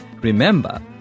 Remember